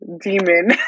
Demon